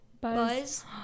Buzz